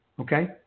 Okay